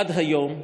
עד היום,